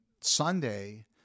Sunday